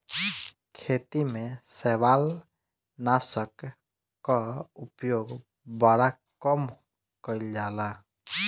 खेती में शैवालनाशक कअ उपयोग बड़ा कम कइल जाला